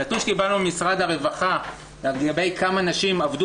הנתון שקיבלנו ממשרד הרווחה לגבי כמה נשים עבדו